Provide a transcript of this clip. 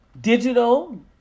digital